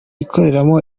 ikoreramo